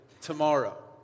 tomorrow